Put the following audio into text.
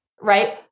Right